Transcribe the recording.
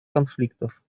конфликтов